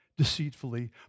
Deceitfully